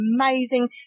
amazing